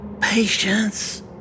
Patience